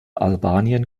albanian